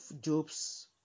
Job's